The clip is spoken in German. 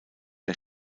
der